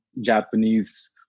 Japanese